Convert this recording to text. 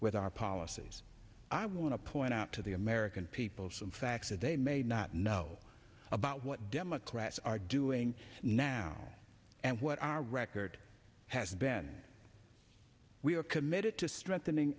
with our policies i want to point out to the american people some facts that they may not know about what democrats are doing now and what our record has ben we are committed to strengthening